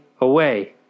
away